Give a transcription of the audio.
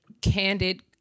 candid